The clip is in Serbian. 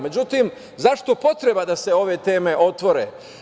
Međutim, zašto potreba da se ove teme otvore?